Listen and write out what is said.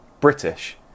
British